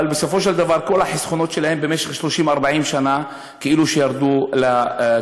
אבל בסופו של דבר כל החסכונות שלהם במשך 30 40 שנה כאילו ירדו לטמיון.